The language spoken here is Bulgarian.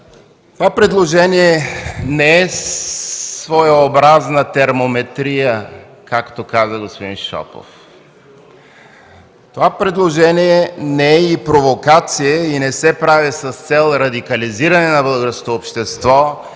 Това предложение не е своеобразна термометрия, както каза господин Шопов. Това предложение не е и провокация и не се прави с цел радикализиране на българското общество,